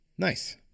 Nice